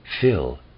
fill